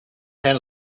hand